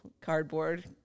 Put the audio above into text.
cardboard